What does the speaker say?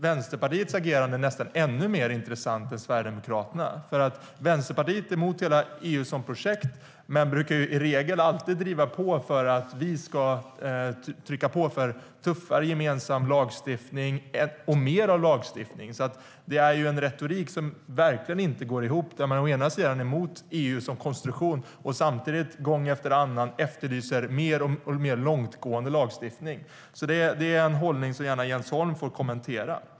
Vänsterpartiets agerande är nästan ännu mer intressant än Sverigedemokraternas, för Vänsterpartiet är emot hela EU som projekt men brukar i regel alltid driva på för att vi ska ha en tuffare gemensam lagstiftning och mer av lagstiftning. Det är en retorik som verkligen inte går ihop. Man är emot EU som konstruktion. Samtidigt efterlyser man gång efter annan en mer och mer långtgående lagstiftning. Det är en hållning som Jens Holm gärna får kommentera.